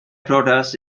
product